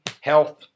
health